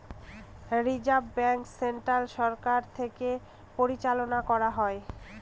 reserve bank central সরকার থেকে পরিচালনা করা হয়